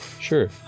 Sure